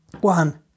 One